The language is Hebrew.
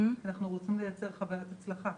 כי אנחנו רוצים לייצר חוויית הצלחה.